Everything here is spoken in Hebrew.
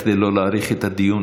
כדי לא להאריך את הדיון,